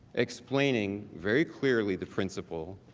explaining very clearly the principal